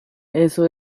eso